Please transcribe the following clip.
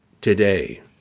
today